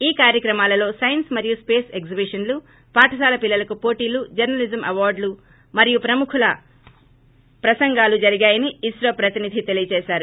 ఈ కార్యక్రమాలలో సైన్స్ మరియు స్పేస్ ఎగ్జిబిషన్లు పాఠశాల పిల్లలకు పోట్లు జర్నలిజం అవార్డులు మరియు ప్రముఖ వ్యక్తుల ప్రసంగాలు జరిగాయని ఇన్రో ప్రతినిధి ొతెలియజేశారు